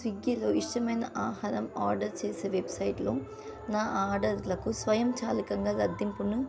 స్విగ్గీలో ఇష్టమైన ఆహారం ఆర్డర్ చేసే వెబ్సైట్లో నా ఆర్డర్లకు స్వయంచాలకంగా రద్దును